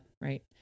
Right